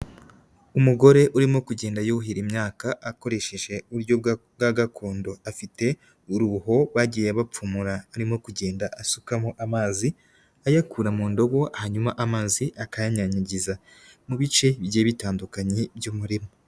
Umugore urimo kugenda yuhira imyaka akoresheje uburyo bwa gakondo, afite uruho bagiye bapfumura arimo kugenda asukamo amazi ayakura mu ndobo, hanyuma amazi akanyanyanyagiza mu bice bigiye bitandukanye by'umurima.